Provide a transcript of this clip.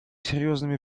серьезными